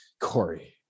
Corey